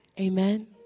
Amen